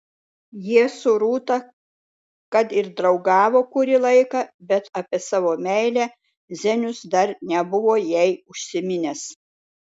jie su rūta kad ir draugavo kurį laiką bet apie savo meilę zenius dar nebuvo jai užsiminęs